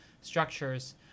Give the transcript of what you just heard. structures